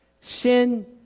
Sin